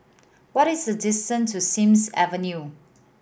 what is the distance to Sims Avenue